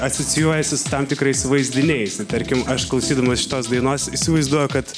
asocijuojasi su tam tikrais vaizdiniais tarkim aš klausydamas šitos dainos įsivaizduoju kad